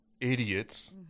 idiots